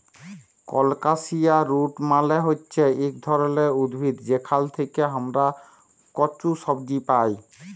colocasia root মালে হচ্যে ইক ধরলের উদ্ভিদ যেখাল থেক্যে হামরা কচু সবজি পাই